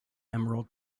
emerald